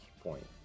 point